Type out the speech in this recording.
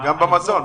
גם במזון.